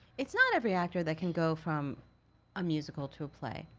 its not every actor that can go from a musical to a play.